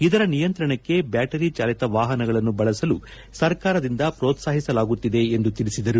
ಇದರ ನಿಯಂತ್ರಣಕ್ಕೆ ಬ್ಡಾಟರಿ ಚಾಲಿತ ವಾಪನಗಳನ್ನು ಬಳಸಲು ಸರ್ಕಾರದಿಂದ ಪ್ರೋತ್ಸಾಹಿಸಲಾಗುತ್ತಿದೆ ಎಂದು ತಿಳಿಸಿದರು